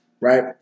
right